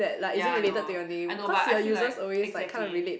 ya I know I know but I feel like exactly